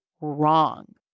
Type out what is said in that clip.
wrong